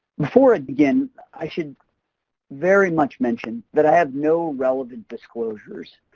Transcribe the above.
before it begins i should very much mention that i have no relevant disclosures.